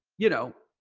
you know,